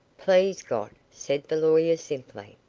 please god! said the lawyer simply.